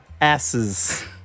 asses